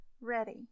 ready